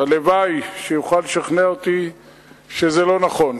הלוואי שיוכל לשכנע אותי שזה לא נכון.